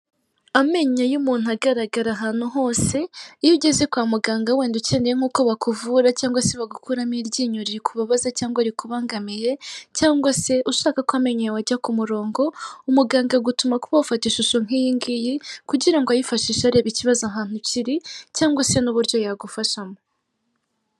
Amenyo y'umuntu agaragara ahantu hose iyo ugeze kwa muganga wenda ukeneye nk'uko bakuvura cyangwa se ba bagakuramo iryinyo rikubabaza cyangwa rikubangamiye cyangwa se ushaka ko amenyayo wajya ku murongo, umuganga agutuma ukufata ishusho nk'iyingiyi kugira ngo ayifashishe areba ikibazo ahantu kiri cyangwa se n'uburyo yagufashamo.